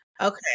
okay